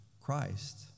Christ